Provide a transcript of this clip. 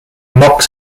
mocks